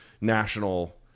national